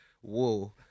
whoa